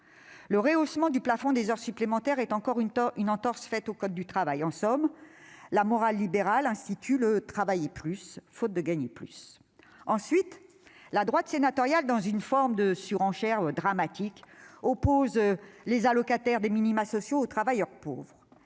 Le rehaussement du plafond des heures supplémentaires est une autre entorse faite au code du travail. En somme, la morale libérale institue le « travailler plus », faute de gagner plus ! Ensuite, la droite sénatoriale, dans une forme de surenchère dramatique, oppose les allocataires des minima sociaux aux travailleurs pauvres.